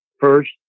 first